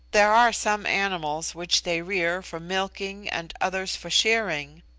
there are some animals which they rear for milking and others for shearing.